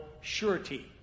surety